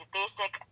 basic